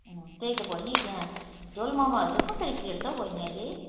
अँ त्यही त बहिनी त्यहाँ झोल मोमोहरू चाहिँ कसरी प्लेट छ हौ बहिनी अहिले